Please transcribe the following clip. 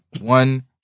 one